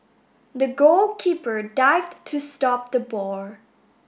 the goalkeeper dived to stop the ball